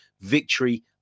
victory